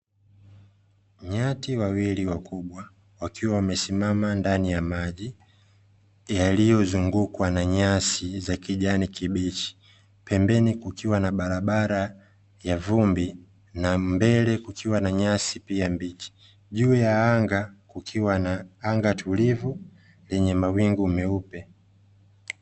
Nyati wawili wakubwa, wakiwa wamesimama ndani ya maji yaliyozungukwa na nyasi za kijani kibichi, pembeni kukiwa na barabara ya vumbi na mbele kukiwa na nyasi pia mbichi, juu ya anga kukiwa na anga tulivu lenye mawingu meupe.